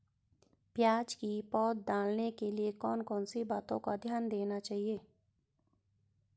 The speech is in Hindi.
प्याज़ की पौध डालने के लिए कौन कौन सी बातों का ध्यान देना चाहिए?